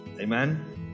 Amen